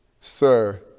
Sir